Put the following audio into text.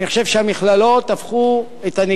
אני חושב שהמכללות תרמו לנגישות,